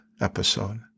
episode